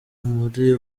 muri